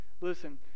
listen